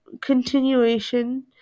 continuation